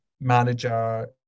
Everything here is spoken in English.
manager